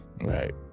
Right